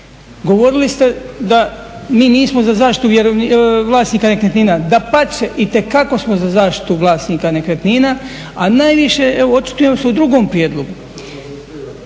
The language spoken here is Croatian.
Govorili ste da mi nismo za zaštitu vlasnika nekretnina. Dapače, itekako smo za zaštitu vlasnika nekretnina, a najviše evo očitujem se u drugom prijedlogu